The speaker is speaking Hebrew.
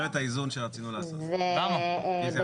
נכון.